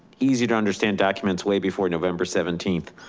easy to understand documents way before november seventeenth.